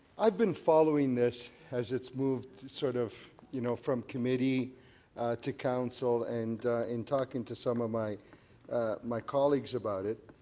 i've been following this as it's moved sort of, you know, from committee to council and in talking to some of my my colleagues about it,